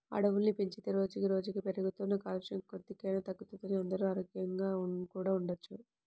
అడవుల్ని పెంచితే రోజుకి రోజుకీ పెరుగుతున్న కాలుష్యం కొద్దిగైనా తగ్గుతది, అందరూ ఆరోగ్యంగా కూడా ఉండొచ్చు